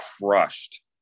crushed